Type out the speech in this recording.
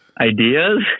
ideas